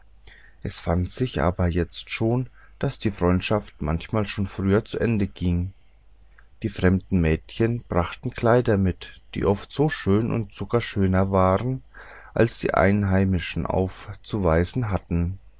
es fand sich aber jetzt schon daß die freundschaft manchmal schon früher zu ende ging die fremden mädchen brachten kleider mit die oft so schön und sogar schöner waren als die einheimischen aufzuweisen hatten